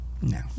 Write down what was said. No